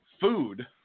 food